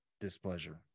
displeasure